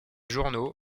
journaux